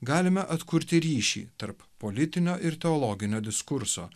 galime atkurti ryšį tarp politinio ir teologinio diskurso